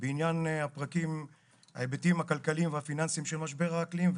בעניין ההיבטים הכלכליים והפיננסיים של משבר האקלים,